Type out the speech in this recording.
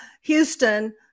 Houston